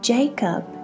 Jacob